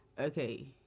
okay